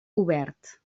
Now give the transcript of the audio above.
obert